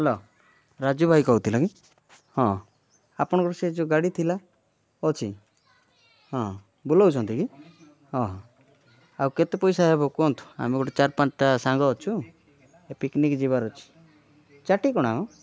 hello Raju ଭାଇ କହୁଥିଲ କି ହଁ ଆପଣଙ୍କର ସେଇ ଯେଉଁ ଗାଡ଼ି ଥିଲା ଅଛି ହଁ ବୁଲଉଛନ୍ତି କି ହଁ ହଁ ଆଉ କେତେ ପଇସା ହେବ କୁହନ୍ତୁ ଆମେ ଗୋଟେ ଚାରି ପାଞ୍ଚଟା ସାଙ୍ଗ ଅଛୁୂ ଏ ପିକ୍ନିକ୍ ଯିବାର ଅଛି ଚାଟିକଣାଅ